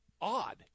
odd